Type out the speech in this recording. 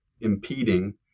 impeding